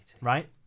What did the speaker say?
right